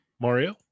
Mario